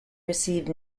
received